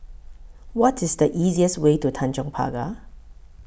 What IS The easiest Way to Tanjong Pagar